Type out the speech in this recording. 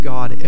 God